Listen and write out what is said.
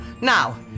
Now